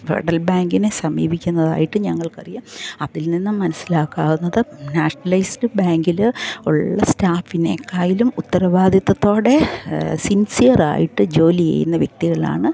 federal ബാങ്കിനെ സമീപിക്കുന്നതായിട്ട് ഞങ്ങൾക്കറിയാം അതിൽനിന്നും മനസ്സിലാക്കാവുന്നത് നാഷണലൈസ്ഡ് ബാങ്കില് ഉള്ള സ്റ്റാഫിനെകായിലും ഉത്തരവാദിത്തത്തോടെ സിൻസിയറായിട്ട് ജോലി ചെയ്യുന്ന വ്യക്തികളാണ്